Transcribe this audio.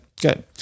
good